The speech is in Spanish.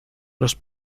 los